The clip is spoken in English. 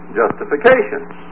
justifications